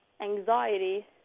anxiety